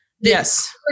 yes